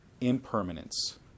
impermanence